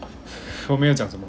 我没有讲什么